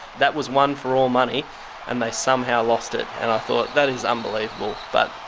that was one for all money and they somehow lost it. and i thought that is unbelievable. but,